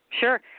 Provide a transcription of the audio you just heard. Sure